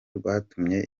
rwatumye